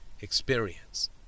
experience